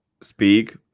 speak